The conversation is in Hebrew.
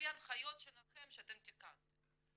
לפי ההנחיות שלכם שאתם תיקנתם?